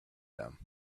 them